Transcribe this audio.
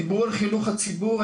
דיברו על חינוך הציבור,